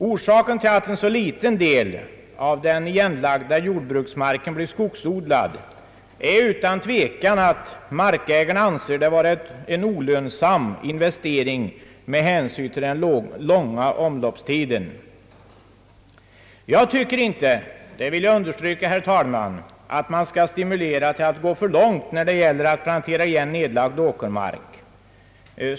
Orsaken till att en så liten del av den igenlagda jordbruksmarken blir skogsodlad är utan tvekan att markägarna anser det vara en olönsam investering med hänsyn till den långa omloppstiden. Jag anser inte — det vill jag understryka — att man skall stimulera till att gå för långt när det gäller att plantera igen nedlagd åkermark.